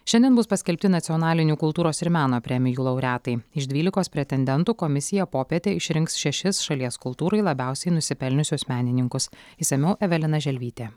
šiandien bus paskelbti nacionalinių kultūros ir meno premijų laureatai iš dvylikos pretendentų komisija popietę išrinks šešis šalies kultūrai labiausiai nusipelniusius menininkus išsamiau evelina želvytė